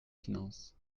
finances